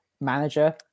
Manager